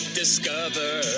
discover